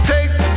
Take